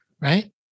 right